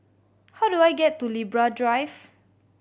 how do I get to Libra Drive